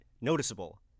noticeable